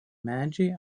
medžiai